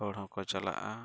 ᱦᱚᱲᱦᱚᱸ ᱠᱚ ᱪᱟᱞᱟᱜᱼᱟ